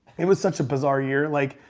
it was such a bizarre year, like,